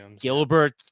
Gilbert